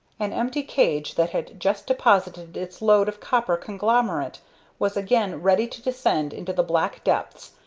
an empty cage that had just deposited its load of copper conglomerate was again ready to descend into the black depths,